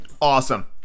awesome